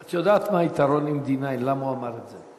את יודעת מה היתרון של D9, למה הוא אמר את זה?